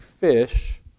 fish